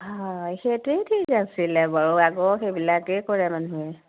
হয় সেইটোৱেই ঠিক আছিলে বাৰু আগৰ সেইবিলাকেই কৰে মানুহে